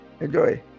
enjoy